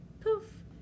poof